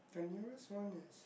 can use one is